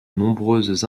nombreuses